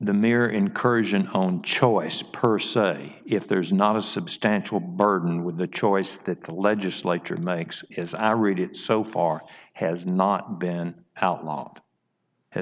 the mere incursion own choice per se if there's not a substantial burden with the choice that the legislature makes as i read it so far has not been outlawed has